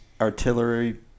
Artillery